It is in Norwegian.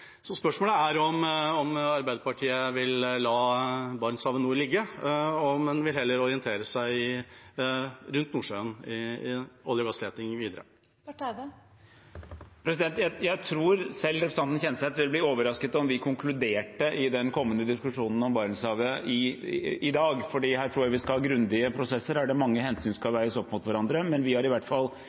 Spørsmålet er om Arbeiderpartiet vil la Barentshavet nord ligge og heller orientere seg rundt Nordsjøen i olje- og gassletingen videre. Jeg tror selv representanten Kjenseth ville bli overrasket om vi konkluderte i den kommende diskusjonen om Barentshavet i dag, for her tror jeg vi skal ha grundige prosesser der mange hensyn skal veies opp mot hverandre. Vi har i hvert fall